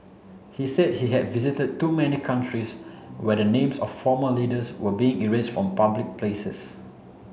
he said he had visited too many countries where the names of former leaders were being erased from public places